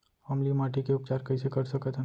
अम्लीय माटी के उपचार कइसे कर सकत हन?